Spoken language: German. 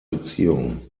beziehung